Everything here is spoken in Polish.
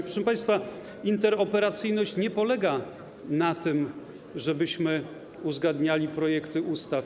Proszę państwa, interoperacyjność nie polega na tym, żebyśmy uzgadniali projekty ustaw.